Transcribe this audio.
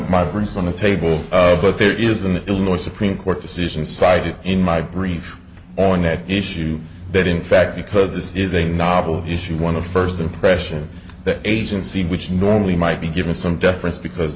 brief on the table but there is an illinois supreme court decision cited in my brief on that issue that in fact because this is a novel issue one of the first impression that agency which normally might be given some deference because